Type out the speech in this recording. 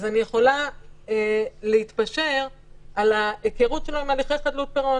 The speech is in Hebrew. אני יכולה להתפשר על ההכרות שלו עם הליכי חדלות פירעון